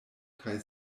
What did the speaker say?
kaj